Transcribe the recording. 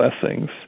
blessings